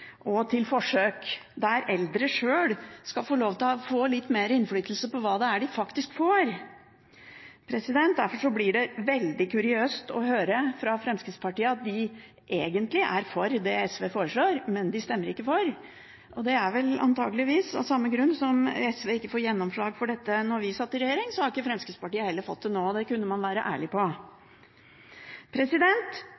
og til forsøk der eldre sjøl skal få lov til å få litt mer innflytelse på hva det er de faktisk får. Derfor blir det veldig kuriøst å høre fra Fremskrittspartiet at de egentlig er for det SV foreslår, men de stemmer ikke for. Av samme grunn – antakeligvis – som at SV ikke fikk gjennomslag for dette da vi satt i regjering, har heller ikke Fremskrittspartiet fått det nå. Det kunne man være ærlig